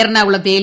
എറണാകുളത്തെ എൽ